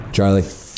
Charlie